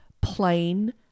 plain